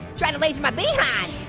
tried to blaze my behind.